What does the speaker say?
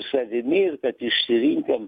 savimi ir kad išsirinkom